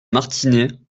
martinets